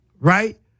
right